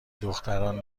دختران